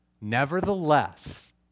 nevertheless